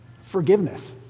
Forgiveness